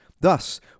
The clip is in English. Thus